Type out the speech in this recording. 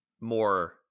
more